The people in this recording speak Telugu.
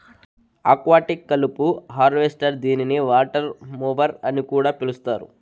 ఆక్వాటిక్ కలుపు హార్వెస్టర్ దీనిని వాటర్ మొవర్ అని కూడా పిలుస్తారు